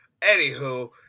Anywho